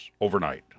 overnight